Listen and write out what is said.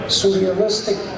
surrealistic